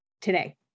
today